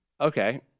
Okay